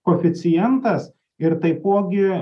koeficientas ir taipogi